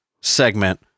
segment